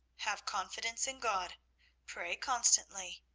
have confidence in god pray constantly,